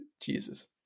jesus